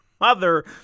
mother